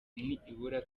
nibura